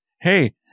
Hey